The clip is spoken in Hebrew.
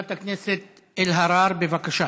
חברת הכנסת אלהרר, בבקשה.